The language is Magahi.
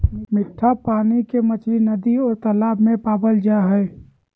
मिट्ठा पानी के मछली नदि और तालाब में पावल जा हइ